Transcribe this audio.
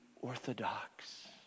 orthodox